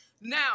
now